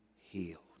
healed